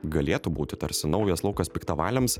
galėtų būti tarsi naujas laukas piktavaliams